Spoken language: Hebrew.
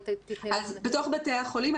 בתוך בתי החולים,